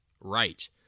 Right